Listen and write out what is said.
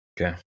okay